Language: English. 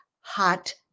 hot